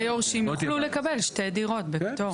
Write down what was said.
שני יורשים יוכלו לקבל שתי דירות בפטור.